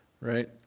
right